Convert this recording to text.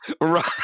Right